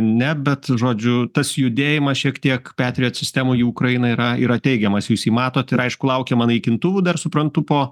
ne bet žodžiu tas judėjimas šiek tiek petriot sistemų į ukrainą yra yra teigiamas jūs jį matot ir aišku laukiama naikintuvų dar suprantu po